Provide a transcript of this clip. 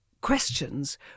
Questions